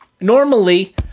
normally